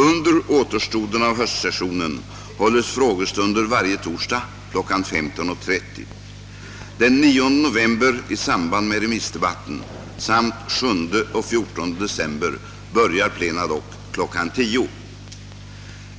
Under återstoden av höstsessionen hålles frågestunder varje torsdag kl. 15.30; den 9 november — i samband med remissdebatten — samt 7 och 14 december börjar plena dock kl. 10.00.